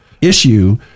issue—